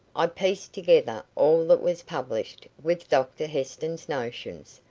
i pieced together all that was published, with doctor heston's notions,